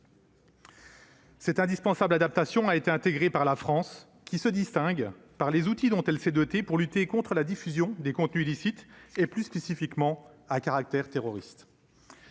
C'est indispensable adaptation a été intégré par la France qui se distingue par les outils dont elle s'est dotée pour lutter contre la diffusion des contenus illicites et plus spécifiquement à caractère terroriste.